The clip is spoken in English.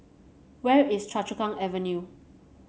where is Choa Chu Kang Avenue